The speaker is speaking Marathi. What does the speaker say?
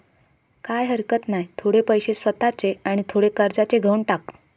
काय हरकत नाय, थोडे पैशे स्वतःचे आणि थोडे कर्जाचे घेवन टाक